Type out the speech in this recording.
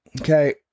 okay